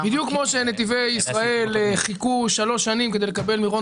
בדיוק כפי שנתיבי ישראל חיכו שלוש שנים כדי לקבל מרון